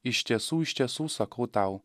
iš tiesų iš tiesų sakau tau